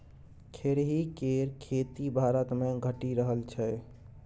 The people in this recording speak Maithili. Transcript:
खेरही केर खेती भारतमे घटि रहल छै